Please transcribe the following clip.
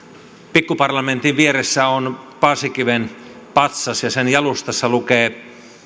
pikkuparlamentin vieressä on paasikiven patsas ja sen jalustassa lukee